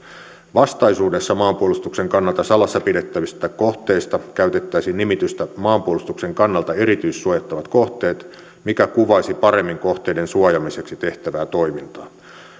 vastaisuudessa maanpuolustuksen kannalta salassa pidettävistä kohteista käytettäisiin nimitystä maanpuolustuksen kannalta erityissuojattavat kohteet mikä kuvaisi paremmin kohteiden suojaamiseksi tehtävää toimintaa